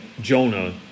Jonah